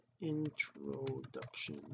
introduction